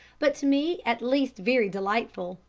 but to me at least very delightful,